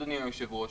אדוני היושב ראש,